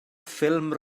ffilm